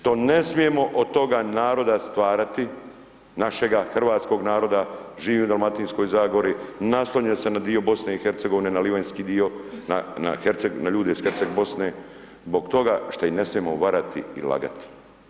Zbog toga što ne smijemo od toga naroda stvarati, našega hrvatskog naroda, živim u Dalmatinskoj Zagori, naslonjen sam na dio BiH, na Livanjski dio, na ljude iz Herceg Bosne, zbog toga što ih ne smijemo varati i lagati.